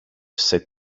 set